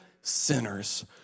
sinners